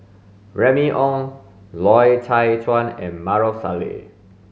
Remy Ong Loy Chye Chuan and Maarof Salleh